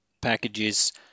packages